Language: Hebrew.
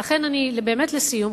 ולכן באמת לסיום,